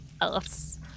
else